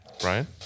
Brian